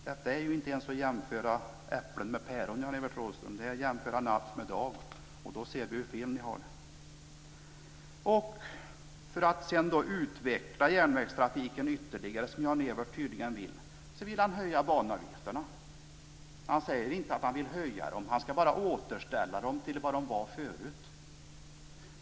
Detta är inte ens som att jämföra äpplen med päron, Jan-Evert Rådhström, det är att jämföra natt med dag. Då ser vi hur fel ni har. Jan-Evert Rådhström tydligen vill, vill han höja banavgifterna. Han säger inte att han vill höja dem, han ska bara återställa dem till vad de var förut.